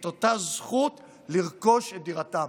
את הזכות לרכוש את דירתם.